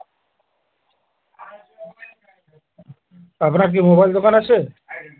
আপনার কি মোবাইল দোকান আছে